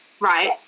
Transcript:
Right